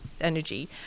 energy